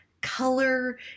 color